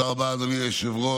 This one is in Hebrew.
תודה רבה, אדוני היושב-ראש.